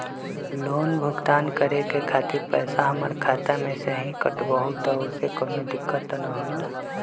Loan भुगतान करे के खातिर पैसा हमर खाता में से ही काटबहु त ओसे कौनो दिक्कत त न होई न?